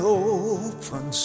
open